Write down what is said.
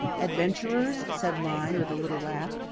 adventurers? said lyne with a little laugh.